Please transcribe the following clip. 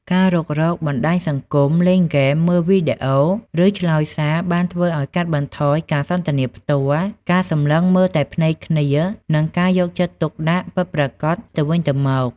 ការរុករកបណ្ដាញសង្គម លេងហ្គេម មើលវីដេអូ ឬឆ្លើយសារ បានធ្វើឲ្យ កាត់បន្ថយការសន្ទនាផ្ទាល់ ការសម្លឹងមើលភ្នែកគ្នា និងការយកចិត្តទុកដាក់ពិតប្រាកដទៅវិញទៅមក។